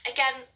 Again